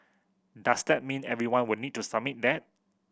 does that mean everyone would need to submit that